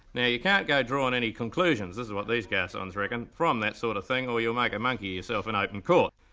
now you can't go drawing any conclusions, this is what these garcons reckon, from that sort of thing or you'll make a monkey of yourself in open court.